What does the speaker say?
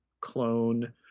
clone